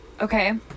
Okay